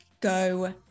go